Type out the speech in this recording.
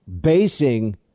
basing